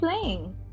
playing